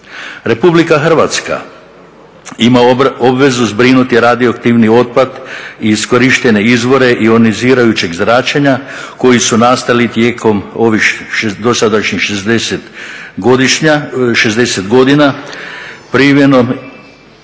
programa. RH ima obvezu zbrinuti radioaktivni otpad i iskorištene izvore ionizirajućeg zračenja koji su nastali tijekom dosadašnjih 60 godina primjenom